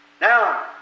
now